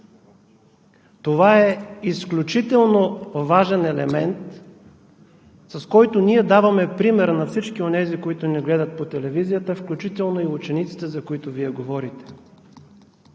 Това е изключително важен елемент, с който ние даваме пример на всички онези, които ни гледат по телевизията, включително и учениците, за които Вие говорите.